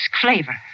flavor